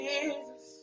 Jesus